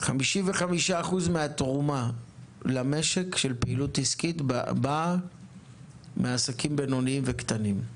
55% מהתרומה למשק של פעילות עסקית באה מעסקים בינוניים וקטנים.